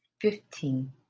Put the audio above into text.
fifteen